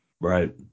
right